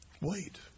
Wait